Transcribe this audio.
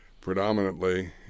predominantly